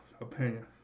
opinion